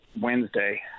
wednesday